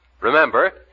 Remember